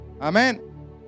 Amen